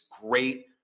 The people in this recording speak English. great